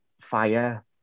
fire